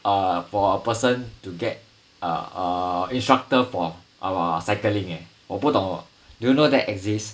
uh for a person to get a err instructor for our cycling eh 我不懂 do you know that exist